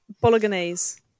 Bolognese